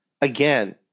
again